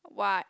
what